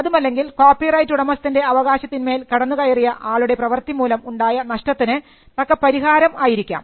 അതുമല്ലെങ്കിൽ കോപ്പിറൈറ്റ് ഉടമസ്ഥൻറെ അവകാശത്തിന്മേൽ കടന്നുകയറിയ ആളുടെ പ്രവർത്തി മൂലം ഉണ്ടായ നഷ്ടത്തിന് തക്ക പരിഹാരം ആയിരിക്കാം